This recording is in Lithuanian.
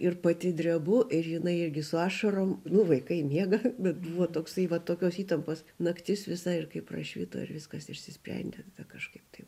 ir pati drebu ir jinai irgi su ašarom nu vaikai miega bet buvo toksai va tokios įtampos naktis visai ir kai prašvito ir viskas išsisprendė kažkaip taip